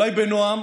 אולי בנועם,